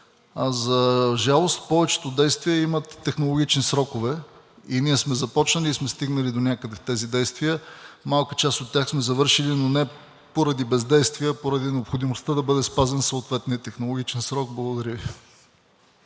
За жалост, повечето действия имат технологични срокове – ние сме започнали и сме стигнали донякъде в тези действия. Малка част от тях сме завършили, но не поради бездействие, а поради необходимостта да бъде спазен съответният технологичен срок. Благодаря Ви.